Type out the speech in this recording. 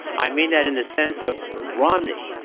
i mean that in the sense of romney,